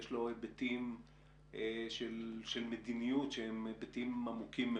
יש לו היבטים של מדיניות שהם עמוקים מאוד.